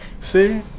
See